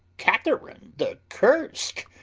katherine the curst!